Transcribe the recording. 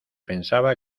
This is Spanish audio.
pensaba